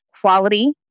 Quality